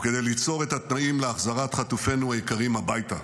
וכדי ליצור את התנאים להחזרת חטופינו היקרים הביתה.